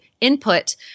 input